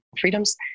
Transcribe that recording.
Freedoms